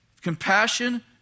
Compassion